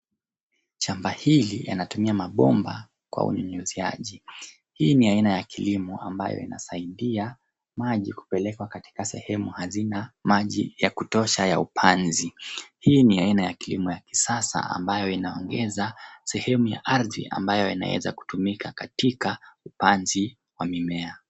Shamba hili yanatumia mabomba kwa unyunyiziaji. Hii ni aina ya kilimo ambayo inasaidia maji kupelekwa katika sehemu hazina maji ya kutosha ya upanzi. Hii ni aina ya kilimo ya kisasa ambayo inaongeza sehemu ya ardhi ambayo inaweza kutumika katika upanzi wa mimea.